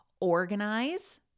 organize